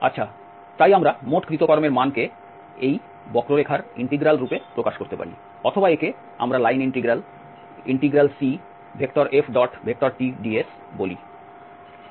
আচ্ছা তাই আমরা মোট কৃত কর্মের মানকে এই বক্ররেখার ইন্টিগ্রাল রূপে প্রকাশ করতে পারি অথবা একে আমরা লাইন ইন্টিগ্রাল CFTds বলি